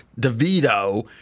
DeVito